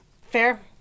Fair